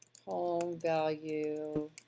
home value